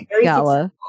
gala